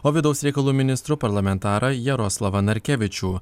o vidaus reikalų ministru parlamentarą jaroslavą narkevičių